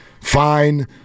fine